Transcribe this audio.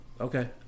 Okay